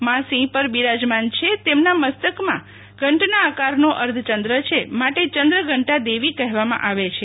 મા સિંહ પર બિરાજમાન છે તેમના મસ્તક પર ઘંટના આકારનો અર્ધચંદ્ર છે માટે ચંદ્રઘંટા દેવી કહેવામાં આવે છે